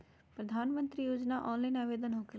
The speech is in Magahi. प्रधानमंत्री योजना ऑनलाइन आवेदन होकेला?